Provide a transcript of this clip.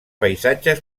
paisatges